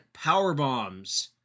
powerbombs